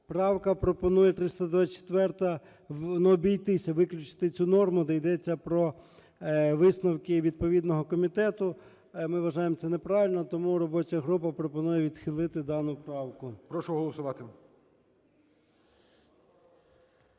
Правка пропонує, 324-а, обійтися, виключити цю норму, де йдеться про висновки відповідного комітету. Ми вважаємо це не правильно, тому робоча група пропонує відхилити дану правку. ГОЛОВУЮЧИЙ. Прошу голосувати.